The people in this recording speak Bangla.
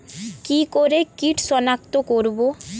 কি করে কিট শনাক্ত করব?